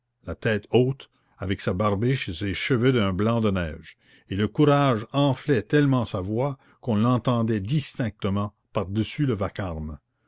la tête haute avec sa barbiche et ses cheveux d'un blanc de neige et le courage enflait tellement sa voix qu'on l'entendait distinctement par-dessus le vacarme